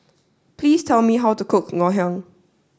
please tell me how to cook Ngoh Hiang